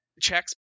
checks